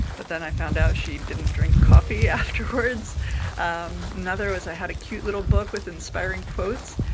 but then i found out she didn't drink coffee afterwards um another was i had a cute little book with inspiring quotes.